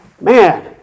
Man